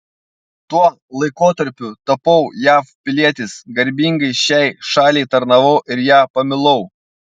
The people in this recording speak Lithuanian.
tuo laikotarpiu tapau jav pilietis garbingai šiai šaliai tarnavau ir ją pamilau